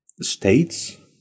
states